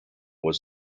was